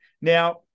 Now